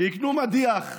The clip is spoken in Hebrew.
שיקנו מדיח.